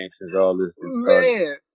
Man